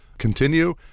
continue